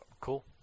Cool